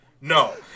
No